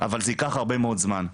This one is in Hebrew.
אבל זה ייקח הרבה מאוד זמן,